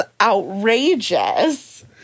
outrageous